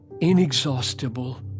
inexhaustible